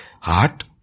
Heart